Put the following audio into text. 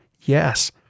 Yes